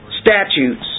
statutes